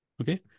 Okay